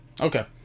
Okay